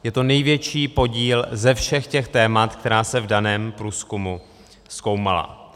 Je to největší podíl ze všech těch témat, která se v daném průzkumu zkoumala.